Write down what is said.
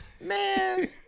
man